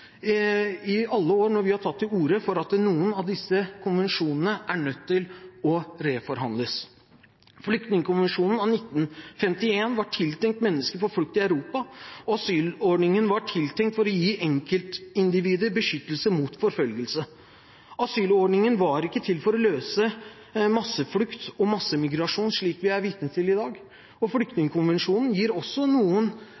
i alle år når vi har tatt til orde for at noen av disse konvensjonene er nødt til å reforhandles. Flyktningkonvensjonen av 1951 var tiltenkt mennesker på flukt i Europa. Asylordningen var tiltenkt å gi enkeltindividet beskyttelse mot forfølgelse. Asylordningen var ikke til for å løse masseflukt og massemigrasjon, slik vi er vitne til i dag, og Flyktningkonvensjonen gir også noen